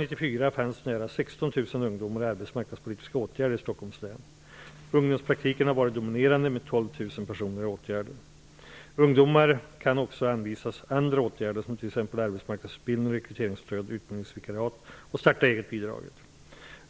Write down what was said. I Ungdomspraktiken har varit dominerande, med 12 000 personer i åtgärder. Ungdomar kan också anvisas andra åtgärder som t.ex.